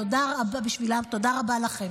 תודה רבה לכם.